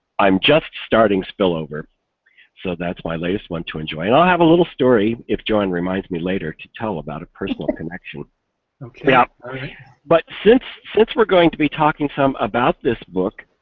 i'm just starting spillover so that's my latest one to enjoy. and i have a little story, if joanne reminds me later to tell about a personal connection ah but since since we are going to be talking some about this book,